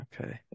okay